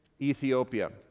Ethiopia